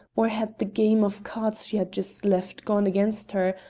or had the game of cards she had just left gone against her,